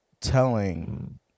Telling